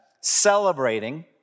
celebrating